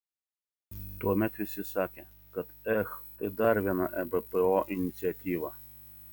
tuomet visi sakė kad ech tai dar viena ebpo iniciatyva